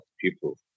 people